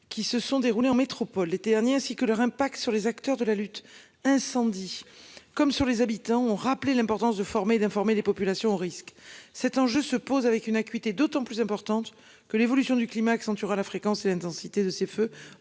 qui se sont déroulés en métropole l'été dernier, ainsi que leur impact sur les acteurs de la lutte incendie comme sur les habitants ont rappelé l'importance de former, d'informer les populations au risque cet enjeu se pose avec une acuité d'autant plus importante que l'évolution du climat accentuera la fréquence et l'intensité de ces feux